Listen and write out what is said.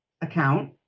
account